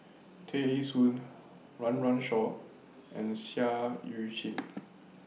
Tear Ee Soon Run Run Shaw and Seah EU Chin